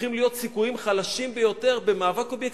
הופכים להיות סיכויים חלשים ביותר במאבק אובייקטיבי.